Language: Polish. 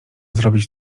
zrobić